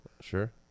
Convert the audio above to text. Sure